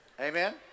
Amen